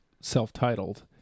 self-titled